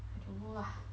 I don't know lah